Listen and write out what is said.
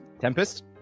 Tempest